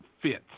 fits